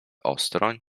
ostro